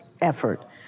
effort